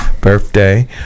birthday